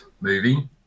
movie